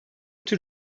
tür